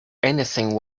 anything